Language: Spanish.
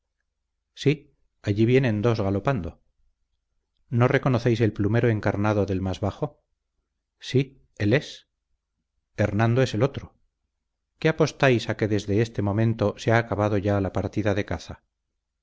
sí allí vienen dos galopando no reconocéis el plumero encarnado del más bajo sí él es hernando es el otro qué apostáis a que desde este momento se ha acabado ya la partida de caza